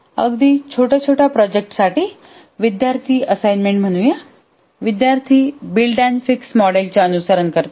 अगदी छोट्या छोट्या प्रोजेक्टांसाठी विद्यार्थी असाईनमेंट म्हणू या विद्यार्थी बिल्ड अँड फिक्स मॉडेलचे अनुसरण करतात